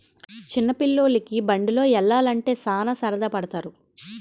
చిన్న పిల్లోలికి బండిలో యల్లాలంటే సాన సరదా పడతారు